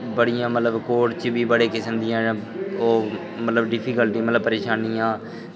बड़ियां मतलब कोर्ट च बी ओह् मतलब डिफिकल्टियां मतलब परेशानियां